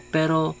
Pero